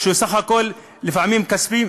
החוב הוא בסך הכול לפעמים כספי,